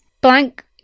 blank